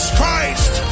Christ